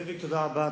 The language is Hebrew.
זאביק, תודה רבה.